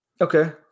okay